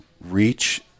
reach